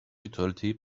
neutrality